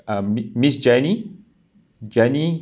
um mi~ miss jenny jenny